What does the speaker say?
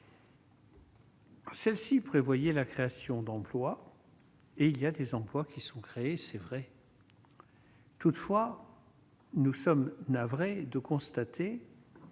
Celle-ci prévoyait la création d'emplois et il y a des emplois. Ils sont créés c'est vrai. Toutefois, nous sommes navrés de constater.